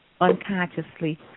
unconsciously